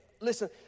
listen